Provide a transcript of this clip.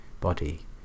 body